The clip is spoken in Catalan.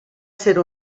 ser